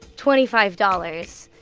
twenty five dollars.